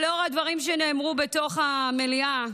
אבל לאור הדברים שנאמרו בתוך המליאה,